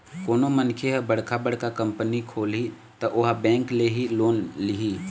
कोनो मनखे ह बड़का बड़का कंपनी खोलही त ओहा बेंक ले ही लोन लिही